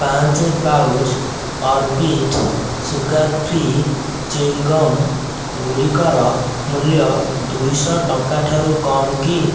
ପାଞ୍ଚ pouch Orbit sugar free chewing gum ଗୁଡ଼ିକର ମୂଲ୍ୟ ଦୁଇ ଶହ ଟଙ୍କା ଠାରୁ କମ୍ କି